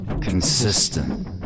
Consistent